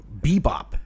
Bebop